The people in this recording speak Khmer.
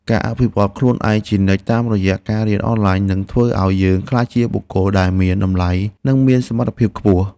ការអភិវឌ្ឍន៍ខ្លួនឯងជានិច្ចតាមរយៈការរៀនអនឡាញនឹងធ្វើឱ្យយើងក្លាយជាបុគ្គលដែលមានតម្លៃ និងមានសមត្ថភាពខ្ពស់។